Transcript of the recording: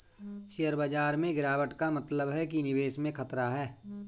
share बाजार में गिराबट का मतलब है कि निवेश में खतरा है